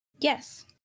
Yes